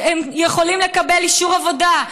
כשהם יכולים לקבל אישור עבודה,